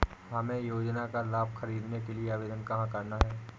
हमें योजना का लाभ ख़रीदने के लिए आवेदन कहाँ करना है?